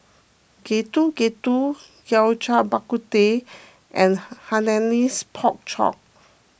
Getuk Getuk Yao Cai Bak Kut Teh and Han Hainanese Pork Chop